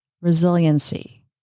resiliency